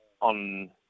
on